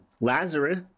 Lazarus